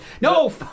no